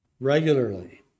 regularly